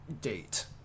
date